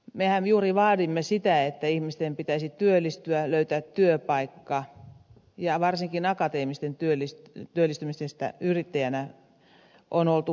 mehän juuri vaadimme sitä että ihmisten pitäisi työllistyä löytää työpaikka ja varsinkin akateemisten työllistymisestä yrittäjinä on oltu huolissaan